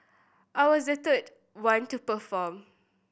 I was the third one to perform